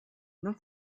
non